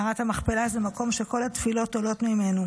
מערת המכפלה זה מקום שכל התפילות עולות ממנו.